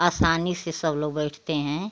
आसानी से सब लोग बैठते हैं